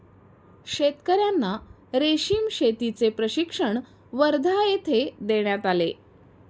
शेतकर्यांना रेशीम शेतीचे प्रशिक्षण वर्धा येथे देण्यात आले